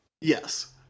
Yes